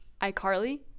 iCarly